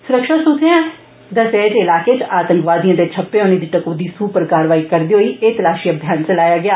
सुरक्षा सूत्रे दस्सेआ जे इलाके च आतंकवादिएं दे छप्पे होने दी टकोदी सूह उप्पर कारवाई करदे होई एह तलाषी अभियान चलाया गेआ